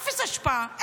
אפס השפעה.